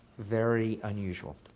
very unusual.